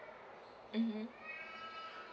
mmhmm